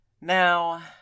Now